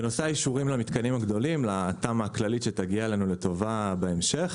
בנושא האישורים למתקנים הגדולים לתמ"א הכללית שתגיע אלינו לטובה בהמשך